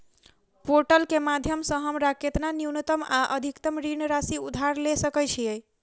Portal केँ माध्यम सऽ हमरा केतना न्यूनतम आ अधिकतम ऋण राशि उधार ले सकै छीयै?